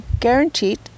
guaranteed